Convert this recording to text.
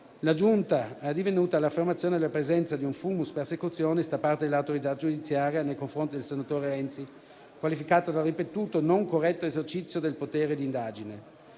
la Giunta è addivenuta all'affermazione della presenza di un *fumus persecutionis* da parte dell'autorità giudiziaria nei confronti del senatore Renzi, qualificato dal ripetuto e non corretto esercizio del potere di indagine.